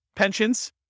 Pensions